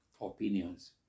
opinions